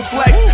Flex